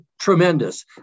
tremendous